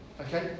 okay